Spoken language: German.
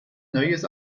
neues